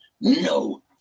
no